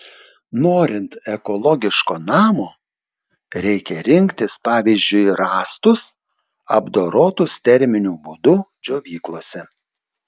norint ekologiško namo reikia rinktis pavyzdžiui rąstus apdorotus terminiu būdu džiovyklose